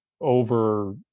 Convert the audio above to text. over